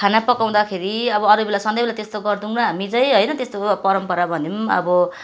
खाना पकाउँदाखेरि अब अरूबेला सधैँ बेला त्यस्तो गर्दैनौँ हामी चाहिँ त्यस्तो परम्परा भने पनि अब